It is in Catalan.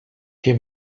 que